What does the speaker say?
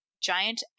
giant